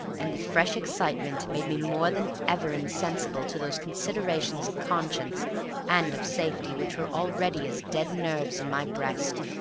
and the fresh excitement made me more than ever insensible to those considerations of conscience and of safety which were already as dead nerves in my breast.